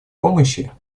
помощи